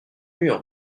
mûres